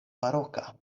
baroka